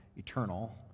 Eternal